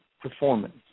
performance